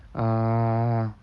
uh